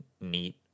neat